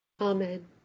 Amen